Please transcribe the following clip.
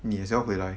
你也要回来